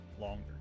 longer